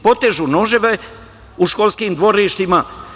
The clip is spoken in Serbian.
Potežu noževe u školskim dvorištima.